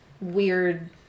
weird